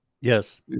yes